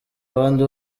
abandi